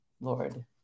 Lord